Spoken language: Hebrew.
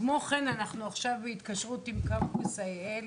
כמו כן, אנחנו עכשיו בהתקשרות עם "קמפוס IL",